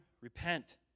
repent